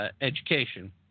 education